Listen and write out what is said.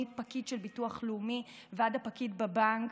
מפקיד של ביטוח לאומי ועד הפקיד בבנק,